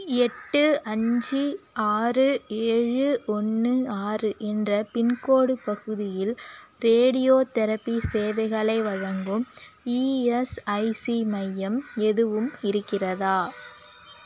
எட்டு அஞ்சு ஆறு ஏழு ஒன்று ஆறு என்ற பின்கோடு பகுதியில் ரேடியோதெரபி சேவைகளை வழங்கும் இஎஸ்ஐசி மையம் எதுவும் இருக்கிறதா